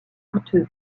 coûteux